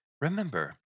remember